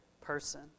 person